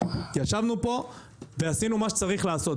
ישבנו פה ועשינו מה שצריך לעשות.